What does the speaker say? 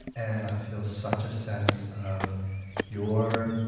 and i feel such a sense of your